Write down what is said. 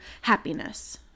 happiness